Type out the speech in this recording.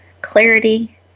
clarity